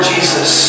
Jesus